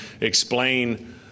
explain